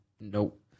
Nope